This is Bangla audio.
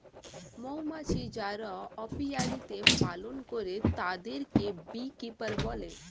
মৌমাছি যারা অপিয়ারীতে পালন করে তাদেরকে বী কিপার বলে